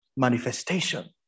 manifestation